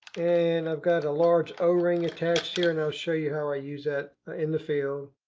and i've got a large o-ring attached here and i'll show you how i use that in the field.